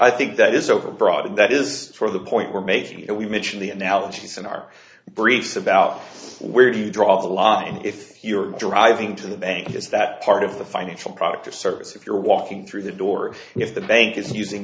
i think that is overbroad and that is for the point we're making it we mention the analogies and our briefs about where do you draw the line if you're driving to the bank is that part of the financial product or service if you're walking through the door if the bank is using